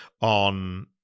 on